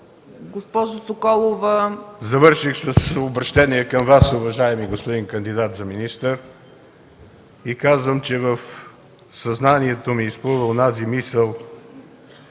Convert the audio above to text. ГЕОРГИ БОЖИНОВ: Завърших с обръщение към Вас, уважаеми господин кандидат за министър, и казвам, че в съзнанието ми изплува онази мисъл,